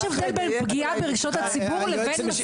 יש הבדל בין פגיעה ברגשות הציבור לבין מסיתה.